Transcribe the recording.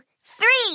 Three